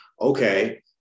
okay